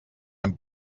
hem